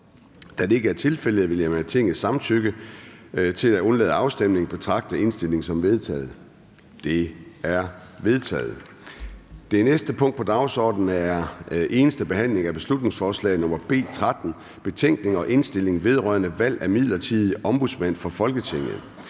Da det ikke er tilfældet, vil jeg med Tingets samtykke undlade afstemning og betragte indstillingen som vedtaget. Den er vedtaget. --- Det næste punkt på dagsordenen er: 3) Eneste behandling af beslutningsforslag nr. B 13: Betænkning og indstilling vedrørende valg af midlertidig ombudsmand for Folketinget.